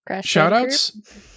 Shout-outs